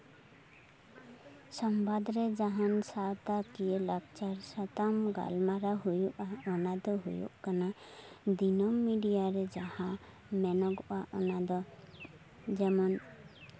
ᱥᱟᱢᱵᱟᱫ ᱨᱮ ᱡᱟᱦᱟᱱ ᱥᱟᱶᱛᱟᱠᱤᱭᱟᱹ ᱞᱟᱠᱪᱟᱨ ᱥᱟᱛᱟᱢ ᱜᱟᱞᱢᱟᱨᱟᱣ ᱦᱩᱭᱩᱜᱼᱟ ᱚᱱᱟᱫᱚ ᱦᱩᱭᱩᱜ ᱠᱟᱱᱟ ᱫᱤᱱᱟᱹᱢ ᱢᱤᱰᱤᱭᱟ ᱨᱮ ᱡᱟᱦᱟᱸ ᱢᱮᱱᱚᱜᱚᱜᱼᱟ ᱚᱱᱟᱫᱚ ᱡᱮᱢᱚᱱ